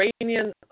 Iranian